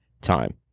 time